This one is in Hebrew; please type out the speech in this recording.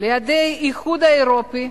על-ידי האיחוד האירופי,